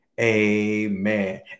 amen